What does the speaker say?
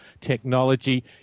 technology